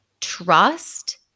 trust